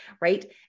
right